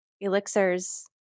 elixirs